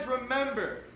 remember